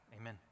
amen